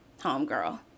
Homegirl